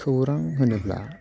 खौरां होनोब्ला